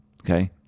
okay